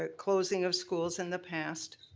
ah closing of schools in the past,